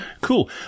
cool